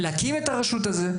צריך להקים את הרשות הזאת,